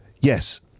yes